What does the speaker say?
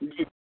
जी